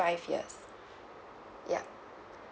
five years ya